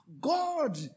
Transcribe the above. God